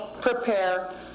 prepare